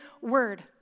word